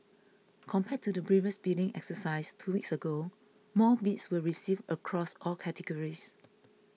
compared to the previous bidding exercise two weeks ago more bids were received across all categories